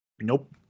Nope